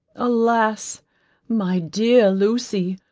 alas my dear lucy,